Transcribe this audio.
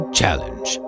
challenge